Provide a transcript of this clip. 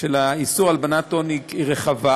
של איסור הלבנת הון היא רחבה,